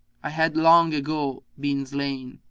i had long ago been slain.